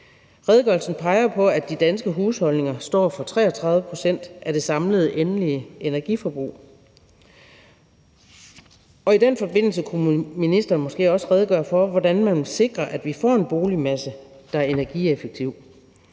Redegørelsen peger på, at de danske husholdninger står for 33 pct. af det samlede endelige energiforbrug, og i den forbindelse kunne ministeren måske også redegøre for, hvordan man vil sikre, at vi får en boligmasse, der er energieffektiv.